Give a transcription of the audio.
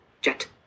jet